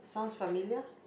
sounds familiar